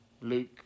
Luke